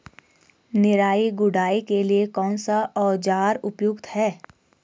निराई गुड़ाई के लिए कौन सा औज़ार उपयुक्त है?